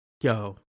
Yo